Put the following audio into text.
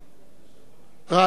רעייתו של גדעון